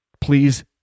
Please